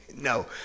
no